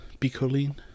Bicoline